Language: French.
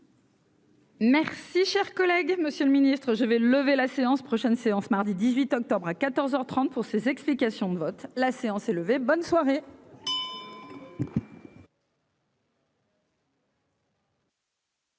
Merci, cher collègue, Monsieur le Ministre, je vais lever la séance prochaine séance mardi 18 octobre à 14 heures 30 pour ces explications de vote, la séance est levée, bonne soirée.